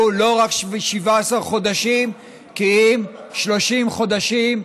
לא רק 17 חודשים כי אם 30 חודשים,